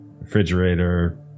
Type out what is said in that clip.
Refrigerator